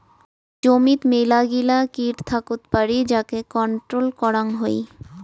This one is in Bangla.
জমিত মেলাগিলা কিট থাকত পারি যাকে কন্ট্রোল করাং হই